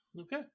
Okay